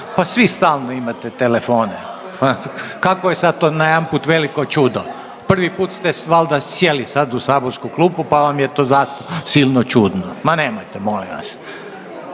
pa svi stalno imate telefone, kakvo je sad to najedanput veliko čudo? Prvi put ste valda sjeli sad u saborsku klupu, pa vam je to zato silno čudno, ma nemojte molim vas.